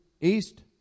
East